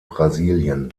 brasilien